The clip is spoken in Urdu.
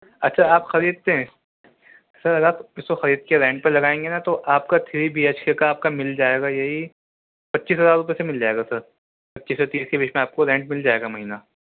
اچھا آپ خریدتے ہیں سر اگر آپ اس کو خرید کے رینٹ پہ لگائیں گے نا تو آپ کا تھری بے ایچ کے کا آپ کا مل جائے گا یہی پچیس ہزار روپئے سے مل جائے گا سر پچیس سے تیس کے بیچ میں آپ کو رینٹ مل جائے گا مہینہ